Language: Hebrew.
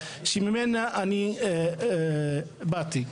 שממנה אני באתי.